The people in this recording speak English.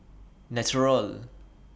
Naturel